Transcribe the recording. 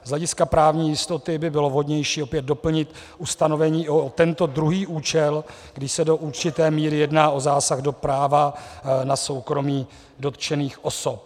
Z hlediska právní jistoty by bylo vhodnější opět doplnit ustanovení i o tento druhý účel, když se do určité míry jedná o zásah do práva na soukromí dotčených osob.